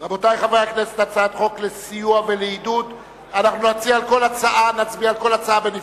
רבותי חברי הכנסת, אנחנו נצביע על כל הצעה בנפרד.